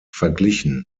verglichen